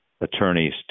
attorneys